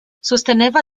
sosteneva